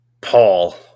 Paul